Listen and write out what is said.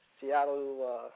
Seattle